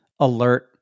alert